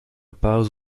pas